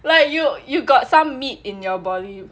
like you you've got some meat in your body